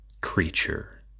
creature